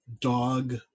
dog